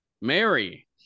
Mary